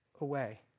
away